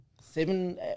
seven